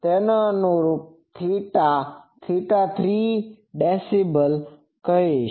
તેને અનુરૂપ θ ને θ3db કહીશ